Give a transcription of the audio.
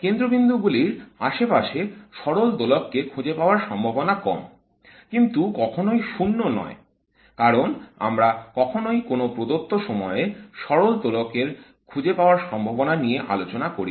কেন্দ্রবিন্দু গুলির আশেপাশে সরল দোলক কে খুঁজে পাওয়ার সম্ভাবনা কম কিন্তু কখনোই 0 নয় কারণ আমরা কখনই কোন প্রদত্ত সময়ে সরল দোলকের খুঁজে পাওয়ার সম্ভাবনা নিয়ে আলোচনা করি না